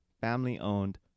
family-owned